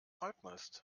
halbmast